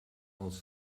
aus